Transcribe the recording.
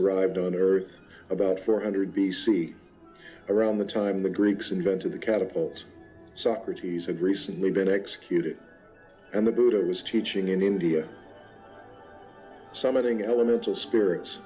arrived on earth about four hundred b c around the time the greeks invented the catapults socrates and recently been executed and the buddha's teaching in india summoning elements of spirits